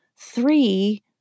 Three